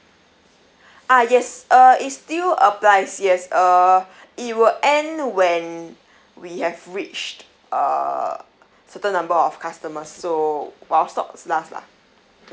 ah yes uh it still applies yes uh it will end when we have reached uh certain number of customers so while stocks last lah